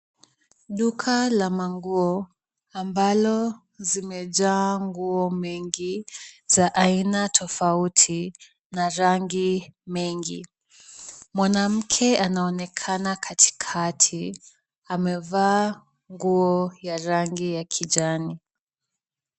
Duka la manguo ambalo zimejaa nguo mengi za aina tofauti na rangi mengi. Mwanamke anaonekana katikati amevaa nguo ya rangi ya kijani.